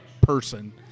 person